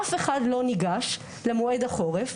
אף אחד לא ניגש למועד החורף,